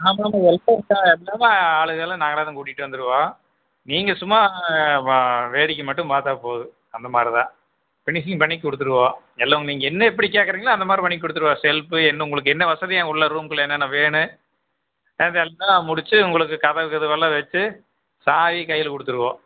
ஆமாம்மா ஹெல்பர்ஸ் எல்லாமே ஆளுங்களை நாங்கள்தான் கூட்டிட்டு வந்துடுவோம் நீங்கள் சும்மா வ வேடிக்கை மட்டும் பார்த்தா போதும் அந்த மாதிரிதான் ஃபினிஷிங் பண்ணி கொடுத்துடுவோம் எல்லாம் நீங்க என்ன எப்படி கேட்குறிங்களோ அந்த மாரி பண்ணி குடுத்துடுவோம் செல்பு என்ன உங்களுக்கு என்ன வசதி உள்ள ரூம்குள்ள என்னான வேணும் அதெல்லாம் முடித்து உங்களுக்கு கதவுகிதவெல்லாம் வச்சு சாவி கையில் கொடுத்துடுவோம்